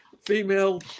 female